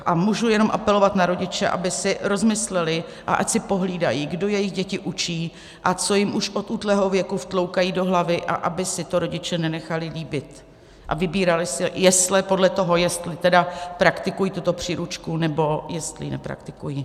A můžu jenom apelovat na rodiče, aby si rozmysleli a ať si pohlídají, kdo jejich děti učí a co jim už od útlého věku vtloukají do hlavy, a aby si to rodiče nenechali líbit a vybírali si jesle podle toho, jestli praktikují tuto příručku, nebo jestli ji nepraktikují.